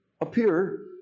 appear